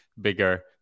bigger